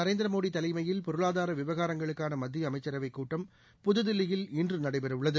நரேந்திர மோடி தலைமையில் பொருளாதார விவகாரங்களுக்கான மத்திய அமைச்சரவைக் கூட்டம் புது தில்லியில்இன்று நடைபெறவுள்ளது